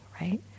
right